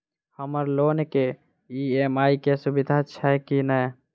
हम्मर लोन केँ ई.एम.आई केँ सुविधा छैय की नै?